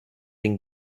den